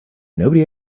nobody